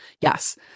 yes